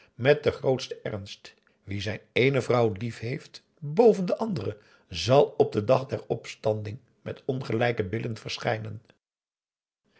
met den grootsten ernst wie zijn eene vrouw liefheeft boven de andere zal op den dag der opstanding met ongelijke billen verschijnen